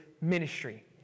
ministry